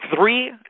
three